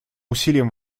усилиям